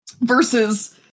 versus